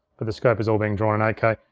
but the scope is all being drawn in eight k.